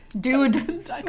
dude